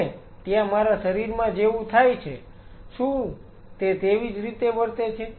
અને ત્યાં મારા શરીરમાં જેવું થાય છે શું તે તેવી જ રીતે વર્તે છે